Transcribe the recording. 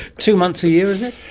two months a year, is it?